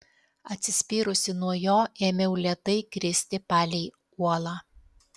atsispyrusi nuo jo ėmiau lėtai kristi palei uolą